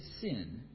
sin